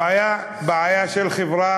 הבעיה היא בעיה של החברה